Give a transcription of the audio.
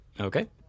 Okay